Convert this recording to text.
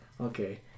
Okay